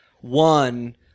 one